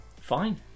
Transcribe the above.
fine